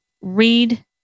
read